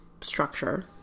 structure